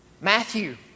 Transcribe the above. Matthew